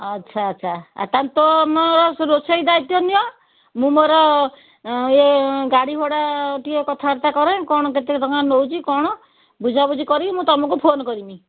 ଆଚ୍ଛା ଆଚ୍ଛା ତାହାଲେ ତ ତମ ରୋଷେଇ ଦାଇତ୍ୱ ନିଅ ମୁଁ ମୋର ଏ ଗାଡ଼ିଘୋଡ଼ା ଟିକେ କଥାବାର୍ତ୍ତା କରେ କ'ଣ କେତେ ଟଙ୍କା ନେଉଛି କ'ଣ ବୁଝାବୁଝି କରିକି ମୁଁ ତମକୁ ଫୋନ୍ କରିମି